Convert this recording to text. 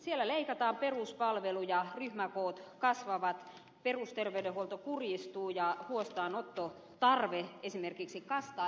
siellä leikataan peruspalveluja ryhmäkoot kasvavat perusterveydenhuolto kurjistuu ja huostaanottotarve esimerkiksi kasvaa